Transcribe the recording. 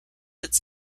its